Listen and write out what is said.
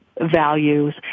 values